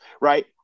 Right